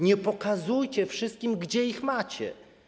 Nie pokazujcie wszystkim, gdzie ich macie.